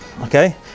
okay